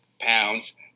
pounds